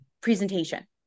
presentation